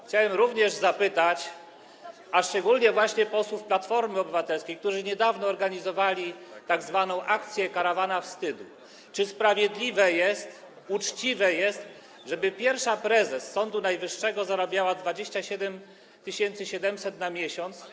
Chciałbym również zapytać, szczególnie właśnie posłów Platformy Obywatelskiej, którzy niedawno organizowali tzw. akcję karawana wstydu, czy sprawiedliwe jest, czy uczciwe jest, żeby pierwsza prezes Sądu Najwyższego zarabiała 27 700 na miesiąc?